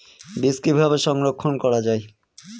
বীজ কিভাবে সংরক্ষণ করা যায়?